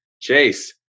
Chase